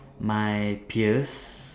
my peers